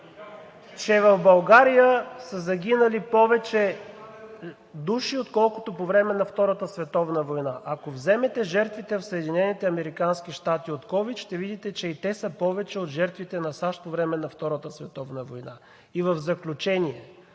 …че в България са загинали повече души, отколкото по време на Втората световна война. Ако вземете жертвите в Съединените американски щати от ковид, ще видите, че и те са повече от жертвите на САЩ по време на Втората световна война. В заключение,